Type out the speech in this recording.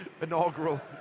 Inaugural